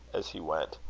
as he went.